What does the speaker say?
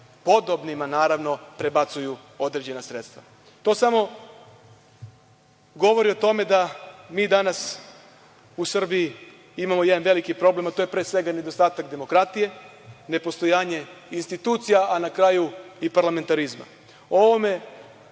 podobnima naravno, prebacuju određena sredstva? To samo govori o tome da mi danas u Srbiji imamo jedan veliki problem, a to je pre svega nedostatak demokratije, nepostojanje institucija i na kraju i parlamentarizma.